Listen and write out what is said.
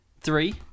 three